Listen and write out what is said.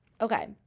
okay